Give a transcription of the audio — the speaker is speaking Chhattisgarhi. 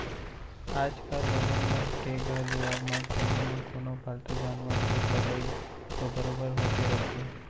आजकाल लोगन मन के घर दुवार म कोनो न कोनो पालतू जानवर के पलई तो बरोबर होते रथे